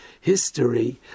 history